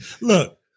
Look